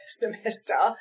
semester